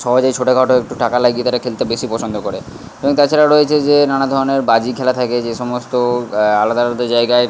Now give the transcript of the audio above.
সহজেই ছোটখাটো একটু টাকা লাগিয়ে তারা খেলতে বেশি পছন্দ করে এবং তাছাড়া রয়েছে যে নানা ধরনের বাজি খেলা থাকে যে সমস্ত আলাদা আলাদা জায়গায়